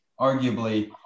arguably